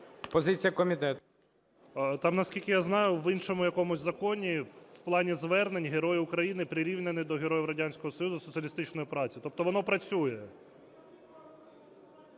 КОРНІЄНКО О.С. Там наскільки я знаю, в іншому якомусь законі в плані звернень Герой України прирівняні до Героя Радянського Союзу, соціалістичної праці, тобто воно працює.